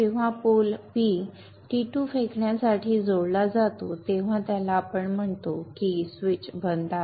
जेव्हा pole P T2 फेकण्यासाठी जोडला जातो तेव्हा आपण म्हणतो की स्विच बंद आहे